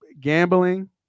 gambling